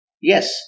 Yes